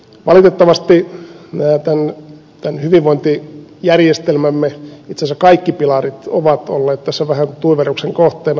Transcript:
valitettavasti tämän hyvinvointijärjestelmämme itse asiassa kaikki pilarit ovat olleet tässä vähän tuiverruksen kohteena